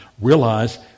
Realize